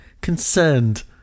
Concerned